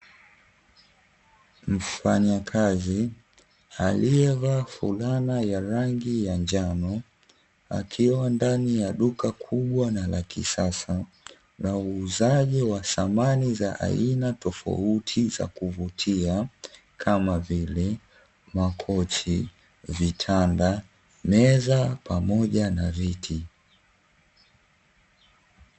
Mfanyakazi aliyevaa fulana ya rangi ya njano akiwa ndani ya duka kubwa na la kisasa, na uuzaji wa samani za aina tofauti za kuvutia kama vile makochi, vitanda, meza pamoja na viti.